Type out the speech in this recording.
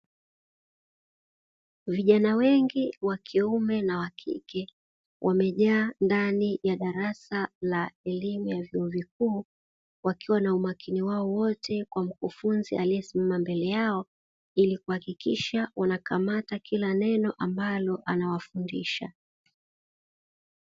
Vijana wengi wa kiume na wa kike wamejaa ndani ya darasa la elimu ya vyuo vikuu, wakiwa na umakini wao wote kwa mkufunzi aliyesimama mbele yao; ili kuhakikisha wanakamata kila neno ambalo anawafundisha.